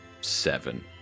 Seven